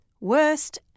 worst